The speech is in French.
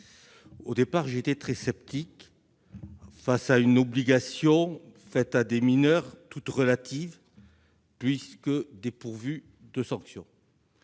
Au départ, j'étais très sceptique face à une obligation faite à des mineurs ; obligation toute relative, puisque dépourvue de sanction.